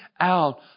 out